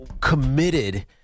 committed